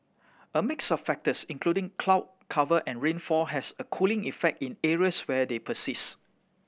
a mix of factors including cloud cover and rainfall has a cooling effect in areas where they persist